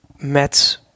met